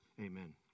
amen